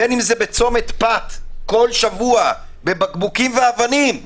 בין אם זה בצומת פת כל שבוע בבקבוקים ואבנים.